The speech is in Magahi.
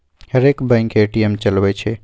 हरेक बैंक ए.टी.एम चलबइ छइ